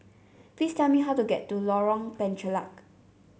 please tell me how to get to Lorong Penchalak